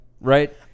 right